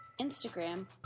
Instagram